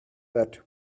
that